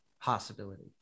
possibility